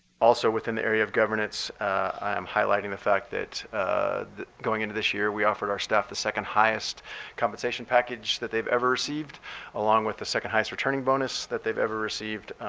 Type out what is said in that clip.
also within the area of governance i am highlighting the fact that going into this year, we offered our staff the second highest compensation package that they've ever received along with the second highest returning bonus that they've ever received.